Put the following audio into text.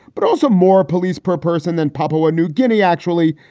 but also more police per person than papua new guinea. actually,